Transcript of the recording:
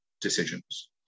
decisions